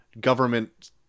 government